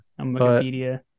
Wikipedia